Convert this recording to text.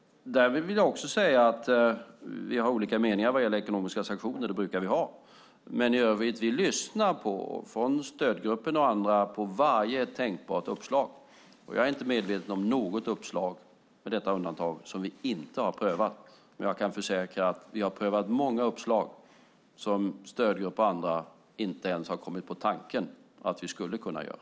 Därmed vill jag också säga att vi har olika meningar vad gäller ekonomiska sanktioner. Det brukar vi ha. I övrigt lyssnar vi på varje tänkbart uppslag från stödgrupperna och andra. Jag är inte medveten om något uppslag, med detta undantag, som vi inte har prövat. Jag kan försäkra att vi har prövat många uppslag som stödgrupper och andra inte ens har kommit på tanken att vi skulle kunna göra.